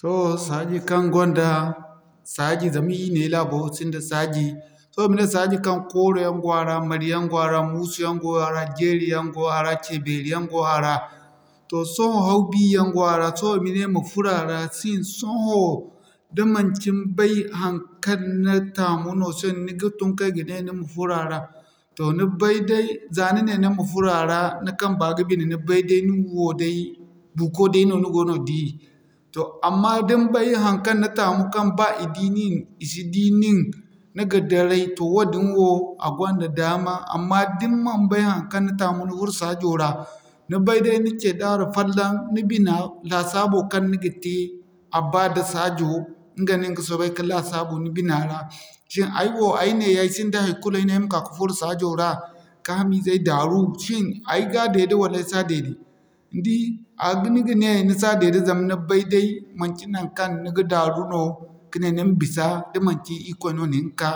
Sohõ saaji kaŋ gonda saaji zama ir ne laabo wo sinda saaji. Sohõ i ma ne saaji kaŋ kooro yaŋ go a ra, mari yaŋ go a ra, moosu yaŋ go a ra, jeeri yaŋ go a ra, cebeeri yaŋ go a ra. Toh sohõ haw bi yaŋ go a ra so i ma ne ma furo a ra sin sohõ da manci ni bay haŋkaŋ ni taamu no ni ga tun kay ma ne ni ma furo a ra? Toh ni bay day za ni ne ni ma furo a ra ni kamba ga bine ni bay day nin wo day buuko day no ni go no di. Toh amma din bay haŋkaŋ ni taamu kaŋ ba i di nin, i si di nin ni ga daray toh wadin wo a gonda daama. Amma din man bay haŋkaŋ ni taamu ni furo saajo ra ni bay day ni cee daara fallan ni bina, laasabo kaŋ ni ga te a ba da saajo inga nin ga soobay ka lasaabu ni bina ra. Sin ay wo ay neeya ay sinda haikulu ay ne ay ma ka'ka furo saajo ra ka ham izey daaru, shin ay ga deede wala ay sa deede? Ni di, ni ga ne ni sa deede zama ni bay day manci naŋkaŋ ni ga daaru no ka ne ni ma bisa, da manci Irikoy no nin ka